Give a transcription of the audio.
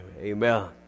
Amen